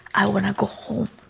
i want to go home.